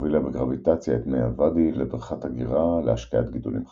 שהובילה בגרביטציה את מי הוואדי לבריכת אגירה להשקיית גידולים חקלאיים.